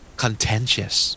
contentious